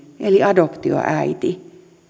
eli adoptioäiti